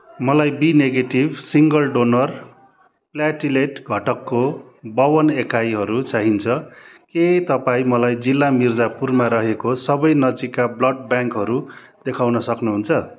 मलाई B negative single donor platelet घटकको बावन् एकाइहरू चाहिन्छ के तपाईँँ मलाई जिल्ला मिर्जापुरमा रहेको सबै नजिकका ब्लड ब्याङ्कहरू देखाउन सक्नुहुन्छ